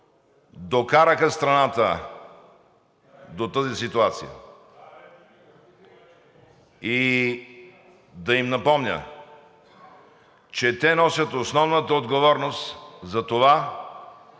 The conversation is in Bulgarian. докараха страната до тази ситуация, и да им напомня, че те носят основната отговорност за това